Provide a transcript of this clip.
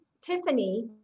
Tiffany